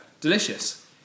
Delicious